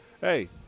hey